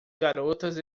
garotas